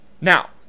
Now